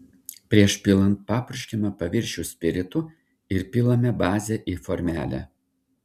prieš pilant papurškiame paviršių spiritu ir pilame bazę į formelę